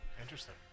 interesting